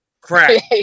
crack